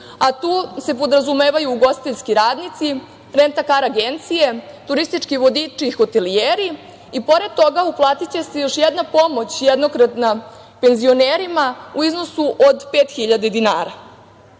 a tu se podrazumevaju ugostiteljski radnici, renta kar agencije, turistički vodiči i hotelijeri i pored toga, uplatiće se još jedna pomoć, jednokratna, penzionerima u iznosu od 5.000 dinara. Ukupna